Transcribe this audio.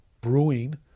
brewing